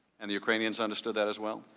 and the ukrainians understood that as well?